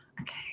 okay